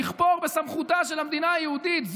לכפור בסמכותה של המדינה היהודית.